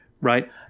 right